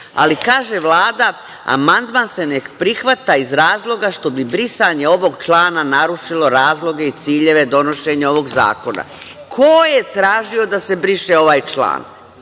1.Ali, kaže Vlada – amandman se ne prihvata iz razloga što bi brisanje ovog član narušilo razloge i ciljeve donošenja ovog zakona. Ko je tražio da se briše ovaj član?